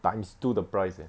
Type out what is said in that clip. times two the price eh